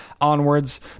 onwards